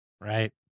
Right